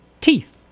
teeth